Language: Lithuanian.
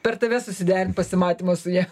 per tave susiderint pasimatymą su ja